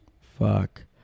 Fuck